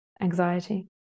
anxiety